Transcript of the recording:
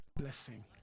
Blessing